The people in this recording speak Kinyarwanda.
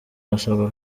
basabwa